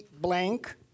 blank